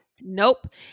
Nope